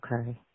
okay